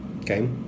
okay